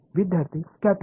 विद्यार्थीः स्कॅटर्ड